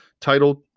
titled